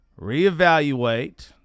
reevaluate